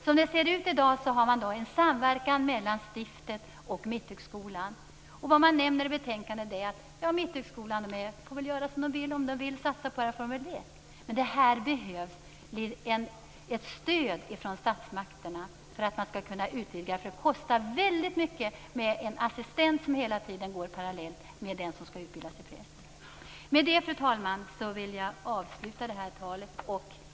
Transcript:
Som det ser ut i dag har man en samverkan mellan stiftet och Mitthögskolan. I betänkandet säger man att Mitthögskolan väl får göra som den vill. Om den vill satsa på det här får den väl göra det. Men här behövs ett stöd från statsmakterna för att man skall kunna utvidga det. Det kostar väldigt mycket med en assistent som hela tiden går parallellt med den som skall utbildas till präst. Med detta, fru talman, vill jag avsluta det här talet.